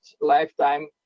lifetime